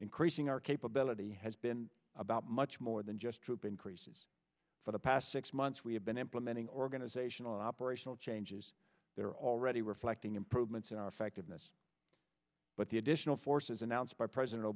increasing our capability has been about much more than just troop increases for the past six months we have been implementing organizational operational changes they're already reflecting improvements in our effect of this but the additional forces announced by president